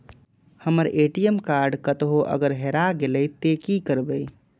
हमर ATM card कतहो अगर हेराय गले ते की करबे?